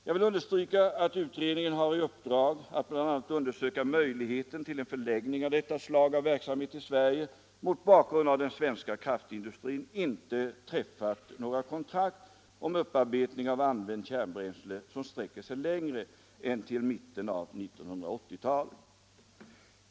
Jag vill understryka att utredningen har i uppdrag att bl.a. undersöka möjligheterna till en förläggning av verksamhet av detta slag till Sverige mot bakgrund av att den svenska kraftindustrin inte har träffat några kontrakt om upparbetning av använt kärnbränsle som sträcker sig längre än till mitten av 1980-talet.